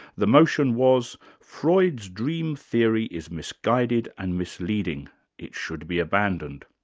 the motion was freud's dream theory is misguided and misleading it should be abandoned.